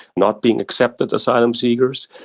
not being accepted asylum seekers,